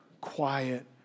quiet